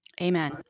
Amen